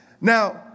Now